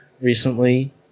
recently